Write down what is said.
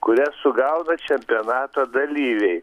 kurias sugaudo čempionato dalyviai